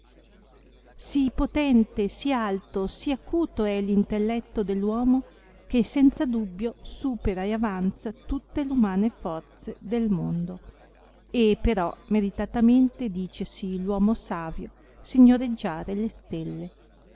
sì potente sì alto e sì acuto è l intelletto dell uomo che senza dubbio supera e avanza tutte umane forze del mondo e però meritamente dicesi l'uomo savio signoreggiare le stelle